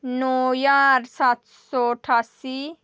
नौ ज्हार सत्त सौ ठासी